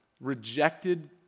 rejected